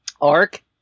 arc